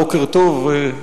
בוקר טוב,